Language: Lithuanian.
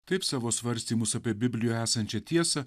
taip savo svarstymus apie biblijoje esančią tiesą